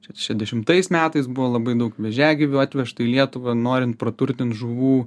šešiasdešimtais metais buvo labai daug vėžiagyvių atvežtų į lietuvą norint praturtint žuvų